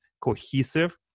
cohesive